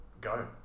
go